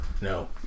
No